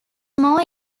more